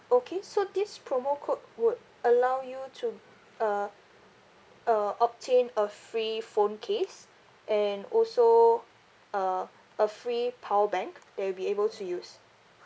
okay so this promo code would allow you to uh uh obtain a free phone case and also uh a free power bank that you'll be able to use